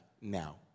now